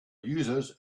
users